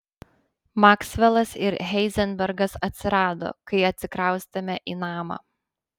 maksvelas ir heizenbergas atsirado kai atsikraustėme į namą